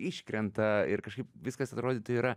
iškrenta ir kažkaip viskas atrodytų yra